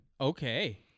Okay